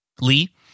Lee